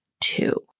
two